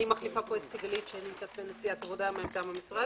אני מחליפה פה את סיגלית שנמצאת בנסיעת עבודה מטעם המשרד.